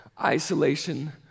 isolation